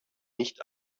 nicht